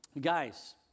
Guys